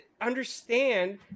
understand